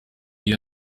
iyo